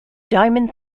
diamond